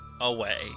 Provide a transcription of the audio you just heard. away